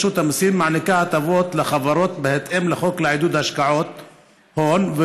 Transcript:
רשות המיסים מעניקה הטבות לחברות בהתאם לחוק לעידוד השקעות הון,